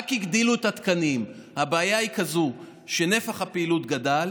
רק הגדילו את התקנים, הבעיה היא שנפח הפעילות גדל,